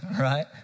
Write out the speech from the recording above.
right